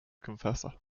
confessor